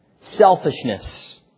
selfishness